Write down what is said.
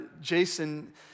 Jason